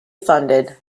funded